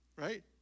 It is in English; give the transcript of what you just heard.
Right